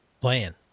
playing